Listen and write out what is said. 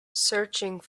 searching